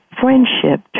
friendship